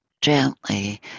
gently